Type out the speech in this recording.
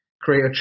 create